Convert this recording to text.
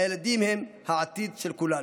הילדים הם העתיד של כולנו.